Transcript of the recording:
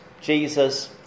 Jesus